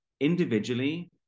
individually